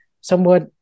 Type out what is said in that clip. somewhat